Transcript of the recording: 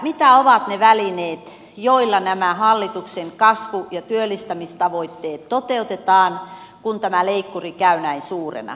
mitä ovat ne välineet joilla nämä hallituksen kasvu ja työllistämistavoitteet toteutetaan kun tämä leikkuri käy näin suurena